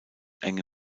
enge